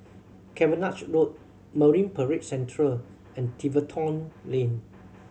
Cavenagh Road Marine Parade Central and Tiverton Lane